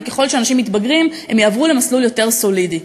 וככל שאנשים מתבגרים הם יעברו למסלול יותר סולידי.